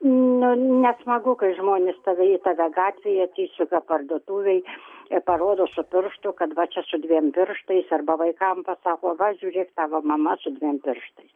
nu nesmagu kai žmonės tave į tave gatvėje atsisuka parduotuvėj ir parodo su pirštu kad va čia su dviem pirštais arba vaikam pasako va žiūrėk tavo mama su dviem pirštais